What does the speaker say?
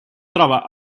troba